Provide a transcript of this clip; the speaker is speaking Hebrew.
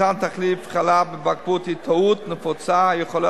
מתן תחליף חלב בבקבוק היא טעות נפוצה שעלולה